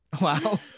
Wow